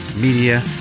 Media